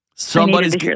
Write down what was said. somebody's